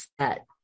set